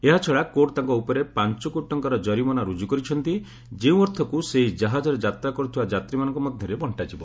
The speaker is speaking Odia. ଏହାଛଡ଼ା କୋର୍ଟ୍ ତାଙ୍କ ଉପରେ ପାଞ୍ଚ କୋଟି ଟଙ୍କାର ଜରିମାନା ରୁଜ୍ କରିଛନ୍ତି ଯେଉଁ ଅର୍ଥକୁ ସେହି ଜାହାଜରେ ଯାତା କର୍ତ୍ତିବା ଯାତ୍ୱୀମାନଙ୍କ ମଧ୍ୟରେ ବଣ୍ଟ୍ରାଯିବ